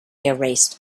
erased